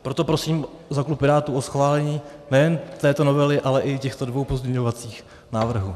Proto prosím za klub Pirátů o schválení nejen této novely, ale i těchto dvou pozměňovacích návrhů.